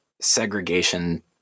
segregation